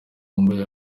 wambaye